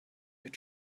your